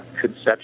conception